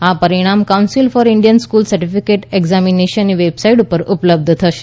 આ પરિણામ council for Indian school certificate એક્ઝામિનેશનની વેબસાઈટ ઉપર ઉપલબ્ધ થશે